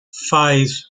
five